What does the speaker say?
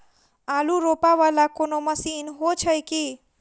आलु रोपा वला कोनो मशीन हो छैय की?